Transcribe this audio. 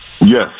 Yes